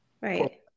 Right